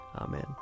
Amen